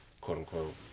quote-unquote